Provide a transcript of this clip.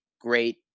great